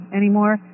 anymore